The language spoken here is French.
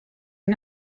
une